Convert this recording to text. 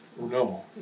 no